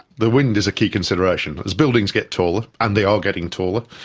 the wind is a key consideration, but as buildings get taller, and they are getting taller,